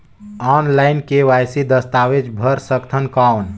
Online KYC दस्तावेज भर सकथन कौन?